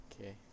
Okay